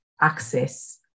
access